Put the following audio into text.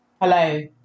Hello